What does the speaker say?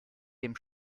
dem